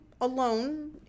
alone